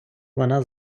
вона